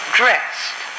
dressed